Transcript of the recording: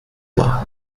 mal